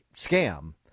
scam